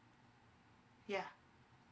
yeah